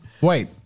Wait